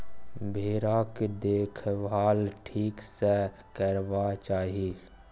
भेराक देखभाल ठीक सँ करबाक चाही